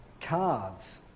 cards